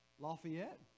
Lafayette